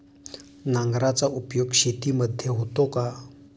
नांगराचा उपयोग शेतीमध्ये होतो का?